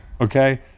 Okay